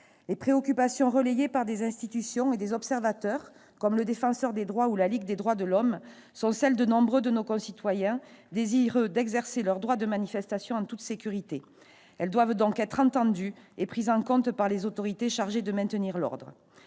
Les préoccupations relayées par des institutions et des observateurs, comme le Défenseur des droits ou la Ligue des droits de l'homme, sont celles de nombreux de nos concitoyens désireux d'exercer leur droit de manifestation en toute sécurité. Elles doivent donc être entendues et prises en compte par les autorités chargées de maintenir l'ordre.